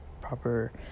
proper